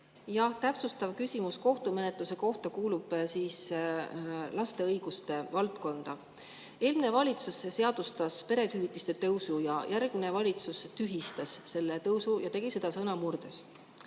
Täpsustav küsimus kohtumenetluse kohta kuulub laste õiguste valdkonda. Eelmine valitsus seadustas perehüvitiste tõusu ja järgmine valitsus tühistas selle tõusu ja tegi seda sõna murdes.